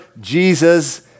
Jesus